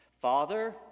Father